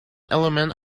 elements